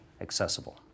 accessible